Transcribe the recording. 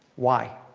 why?